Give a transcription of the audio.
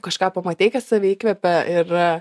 kažką pamatei kas tave įkvepia ir